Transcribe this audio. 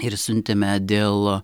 ir siuntėme dėl